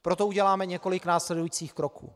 Proto uděláme několik následujících kroků.